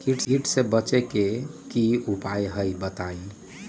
कीट से बचे के की उपाय हैं बताई?